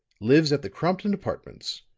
lives at the crompton apartments.